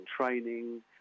training